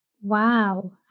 Wow